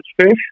fish